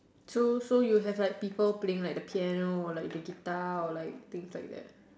so so you have like people playing like the piano like the guitar or like things like that